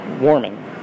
warming